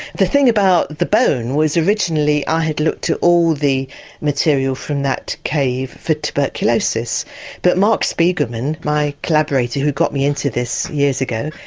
the thing about the bone was originally i had looked at all the material from that cave for tuberculosis but mark spigelman my collaborator who got me into this years ago,